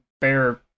bear